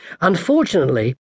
Unfortunately